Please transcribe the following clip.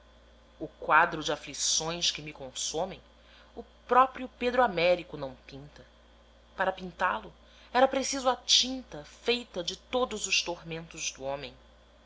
o quadro de aflições que me consomem o próprio pedro américo não pinta para pintá lo era preciso a tinta feita de todos os tormentos do homem